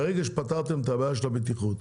ברגע שפתרתם את הבעיה של הבטיחות,